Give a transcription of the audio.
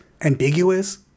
ambiguous